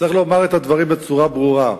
צריך לומר את הדברים בצורה ברורה: